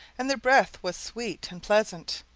and their breath was sweet and pleasant,